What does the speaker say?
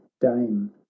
dame